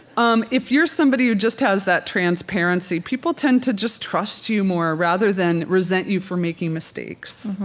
um if you're somebody who just has that transparency, people tend to just trust you more rather than resent you for making mistakes